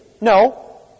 no